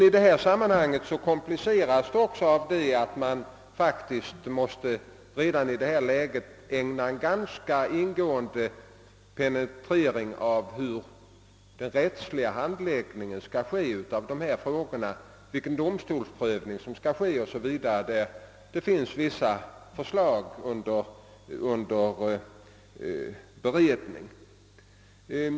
I detta sammanhang kompliceras saken också av att man redan i detta läge ganska ingående måste penetrera hur den rättsliga handlägg ningen av dessa frågor skall ske, vilken domstolsprövning som skall göras 0. s. Vv. Vissa förslag är under beredning.